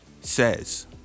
says